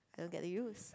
I don't get to use